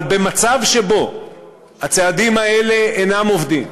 אבל במצב שבו הצעדים האלה אינם עובדים,